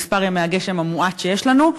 במספר ימי הגשם המועט שיש לנו,